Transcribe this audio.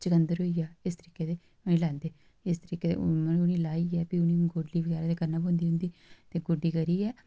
चुकंदर होई गेआ इस तरीकै दे लैंदे मतलब इस तरीकै कन्नै लाइयै उ'नेंगी गोड्डी करना पौंदी ते बी गोड्डी करियै